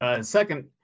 Second